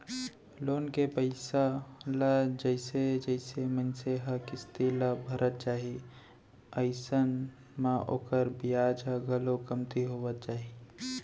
loan के पइसा ल जइसे जइसे मनसे ह किस्ती ल भरत जाही अइसन म ओखर बियाज ह घलोक कमती होवत जाही